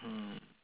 mm